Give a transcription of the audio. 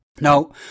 Now